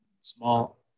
small